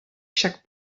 však